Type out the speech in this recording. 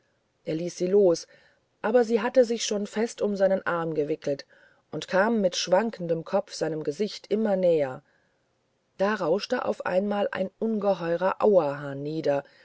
er ließ sie los aber sie hatte sich schon fest um seinen arm gewickelt und kam mit schwankendem kopf seinem gesicht immer näher da rauschte auf einmal ein ungeheurer auerhahn nieder